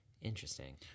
Interesting